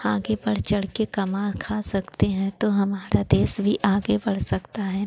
आगे बढ़ चढ़ के कमा खा सकती हैं तो हमारा देश भी आगे बढ़ सकता है